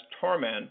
torment